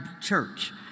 church